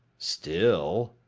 still,